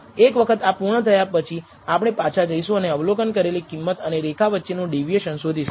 એક વખત આ પૂર્ણ થયા પછી આપણે પાછા જઈશું અને અવલોકન કરેલી કિંમત અને રેખા વચ્ચેનું ડેવિએશન શોધીશું